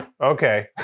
Okay